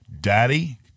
Daddy